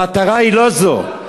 המטרה היא לא זאת.